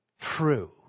true